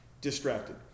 Distracted